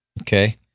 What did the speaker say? okay